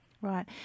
Right